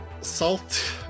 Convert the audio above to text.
Salt